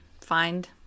find